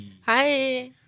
Hi